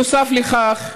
נוסף לכך,